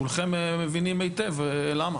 כולכם מבינים היטב למה.